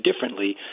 differently